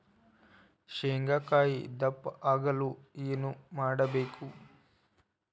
ಶೇಂಗಾಕಾಯಿ ದಪ್ಪ ಆಗಲು ಏನು ಮಾಡಬೇಕು?